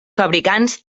fabricants